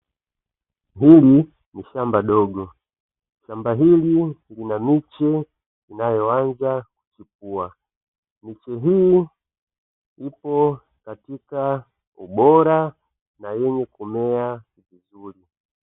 Hili ni shamba dogo, shamba hili lina miche inayoanza kukua miti hii ipo katika ubora na yenye kumea vizuri.